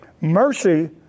Mercy